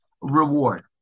reward